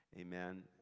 Amen